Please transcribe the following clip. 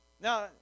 Now